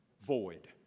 void